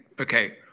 okay